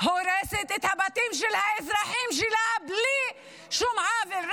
הורסת את הבתים של האזרחים שלה בלי שום עוול,